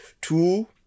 Two